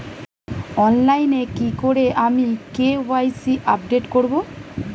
অনলাইনে কি করে আমি কে.ওয়াই.সি আপডেট করব?